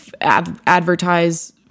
advertise